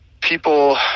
people